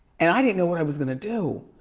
and i didn't know what i was gonna do.